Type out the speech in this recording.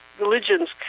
religions